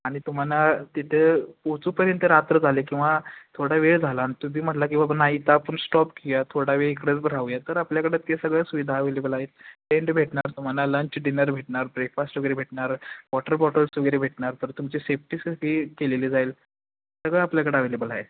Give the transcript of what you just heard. आणि तुम्हाला तिथे पोहचूपर्यंत रात्र झाले किंवा थोडा वेळ झाला आणि तुम्ही म्हटला की बाबा नाही आता आपण स्टॉप घेऊ या थोडा वेळ इकडंच राहूया तर आपल्याकडं ते सगळ्या सुविधा अवेलेबल आहेत टेंट भेटणार तुम्हाला लंच डिनर भेटणार ब्रेकफास्ट वगैरे भेटणार वॉटर बॉटल्स वगैरे भेटणार तर तुमच्या सेफ्टीसाठी केलेली जाईल सगळं आपल्याकडं अवेलेबल आहेत